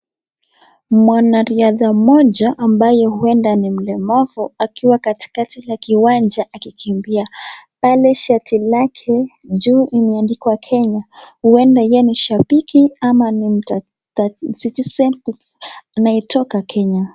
Mwanariadha mmoja ambaye huenda ni mlemavu akiwa katikati la kiwanja akikimbia, pale shati lake juu imeandikwa kenya, huenda yeye ni shabiki ama ni mchezaji anayetoka kenya.